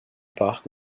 park